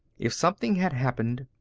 if something had happened,